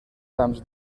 trams